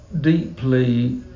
deeply